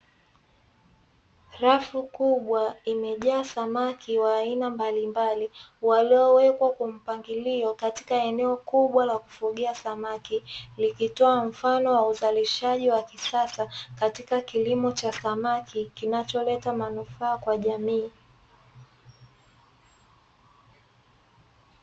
Rafu kubwa imejaa samaki wa aina mbalimbali ambapo kina leta manufaa kwa jamii na kido kwake